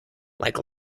like